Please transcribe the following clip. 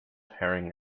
herring